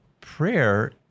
Prayer